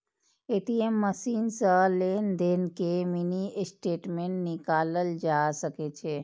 ATM machine सं लेनदेन के मिनी स्टेटमेंट निकालल जा सकै छै